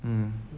um